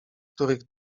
których